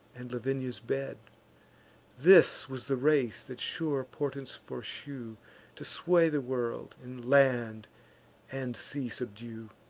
and lavinia's bed this was the race that sure portents foreshew to sway the world, and land and sea subdue.